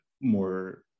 more